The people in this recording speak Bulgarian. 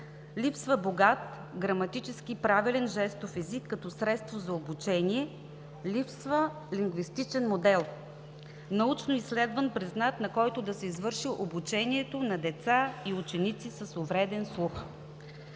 Липсва богат, граматически правилен жестов език като средство за обучение. Липсва лингвистичен модел – научно изследван, признат, на който да се извърши обучението на деца и ученици с увреден слух.